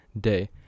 day